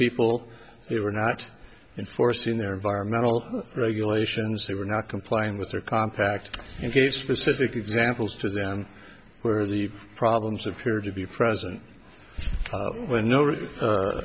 people who were not enforced in their environmental regulations they were not complying with their compact and gave specific examples to them where the problems of care to be present when